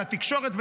לתקשורת,